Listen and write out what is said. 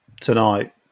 tonight